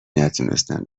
نتونستن